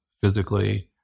physically